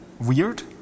weird